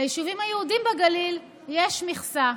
ליישובים היהודיים בגליל יש מכסה.